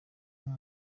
nta